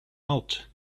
out